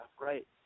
right